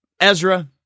ezra